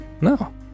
No